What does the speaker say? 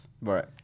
right